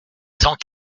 cent